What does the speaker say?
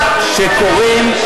שקוראים,